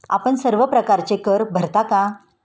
आपण सर्व प्रकारचे कर भरता का?